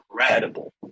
incredible